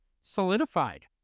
solidified